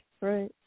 right